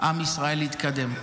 עם ישראל יתקדם.